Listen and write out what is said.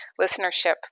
listenership